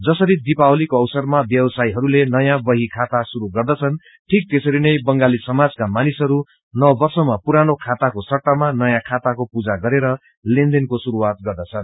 जसरी दीपावलीको अवसरमा व्यवसायीहरूले नयाँ बही खाता शुरू गर्दछन् ठहीक त्यसरीनै बंगाली समाजका मानिसहरू नव वर्षमा पुरानो खाताको सट्टामा नयाँ खाताको पूजा गरेर लेन देनको शुरूआत गर्दछन्